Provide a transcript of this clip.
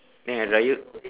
then hari-raya